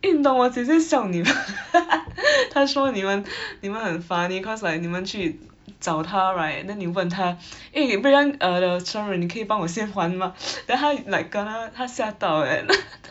eh 你懂我姐姐笑你 她说你们 你们很 funny cause like 你们去 找她 right then 你问她 eh Ruien err sorry 你可以帮我先还吗 then 她 like kena 她吓到 eh